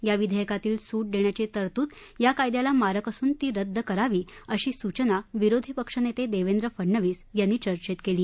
या विघेयकातील सूट देण्याची तरतूद या कायद्याला मारक असून ती रद्द करावी अशी सूचना विरोधी पक्ष नेते देवेंद्र फडणवीस यांनी केली